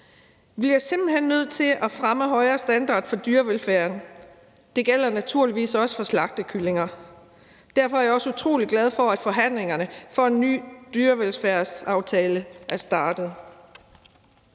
Vi er simpelt hen nødt til at fremme en højere standard for dyrevelfærden, og det gælder naturligvis også for slagtekyllinger. Derfor er jeg også utrolig glad for, at forhandlingerne om en ny dyrevelfærdsaftale er startet.